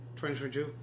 2022